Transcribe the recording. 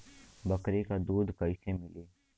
बकरी क दूध कईसे मिली?